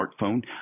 smartphone